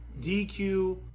DQ